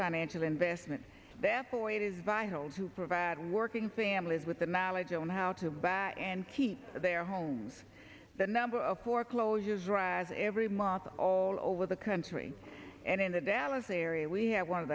financial investment therefore it is vital to provide working families with the knowledge on how to buy and keep their homes the number of poor closures rises every month all over the country and in the dallas area we have one of